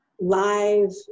live